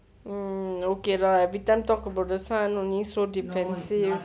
um okay lah every time talk about the son only so defensive